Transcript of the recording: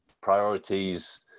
priorities